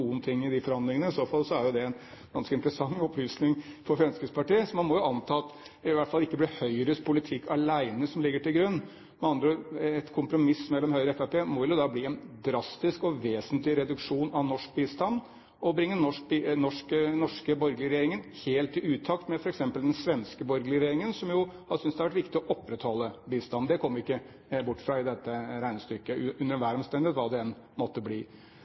i disse forhandlingene ikke skal få noen ting. I så fall er jo det en ganske interessant opplysning for Fremskrittspartiet. Man må jo anta at det i hvert fall ikke blir Høyres politikk alene som ligger til grunn. Med andre ord, med et kompromiss mellom Høyre og Fremskrittspartiet må det jo da bli en drastisk og vesentlig reduksjon av norsk bistand. Dette bringer da den norske borgerlige regjeringen helt i utakt med f.eks. den svenske borgerlige regjeringen, som har syntes det har vært viktig å opprettholde bistanden. Det kommer vi ikke under noen omstendighet bort fra i dette regnestykket, hva det nå enn måtte bli.